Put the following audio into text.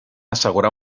assegurar